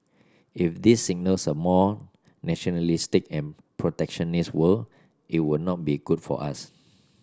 if this signals a more nationalistic and protectionist world it will not be good for us